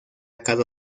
cada